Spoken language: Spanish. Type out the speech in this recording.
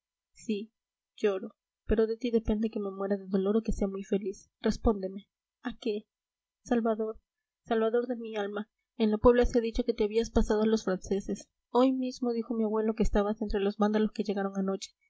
sí lloro pero de ti depende que me muera de dolor o que sea muy feliz respóndeme a qué salvador salvador de mi alma en la puebla se ha dicho que te habías pasado a los franceses hoy mismo dijo mi abuelo que estabas entre los vándalos que llegaron anoche